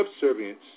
subservience